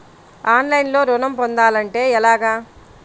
ఆన్లైన్లో ఋణం పొందాలంటే ఎలాగా?